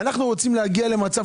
אנחנו רוצים להגיע למצב,